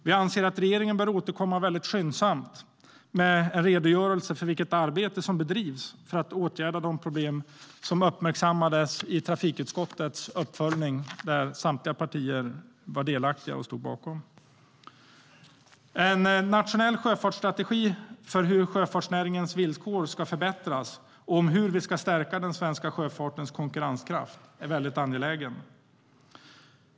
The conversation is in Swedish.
Vi anser att regeringen bör återkomma skyndsamt med en redogörelse för vilket arbete som bedrivs för att åtgärda de problem som uppmärksammades i trafikutskottets uppföljning, som samtliga partier var delaktiga i och stod bakom. En nationell sjöfartsstrategi för hur sjöfartsnäringens villkor ska förbättras och för hur vi ska stärka den svenska sjöfartens konkurrenskraft är angelägen.